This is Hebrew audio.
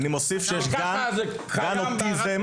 אני מוסיף שיש גן אוטיזם,